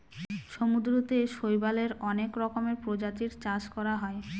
সমুদ্রতে শৈবালের অনেক রকমের প্রজাতির চাষ করা হয়